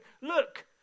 look